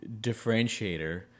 differentiator